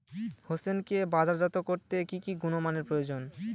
হোসেনকে বাজারজাত করতে কি কি গুণমানের প্রয়োজন?